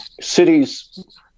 cities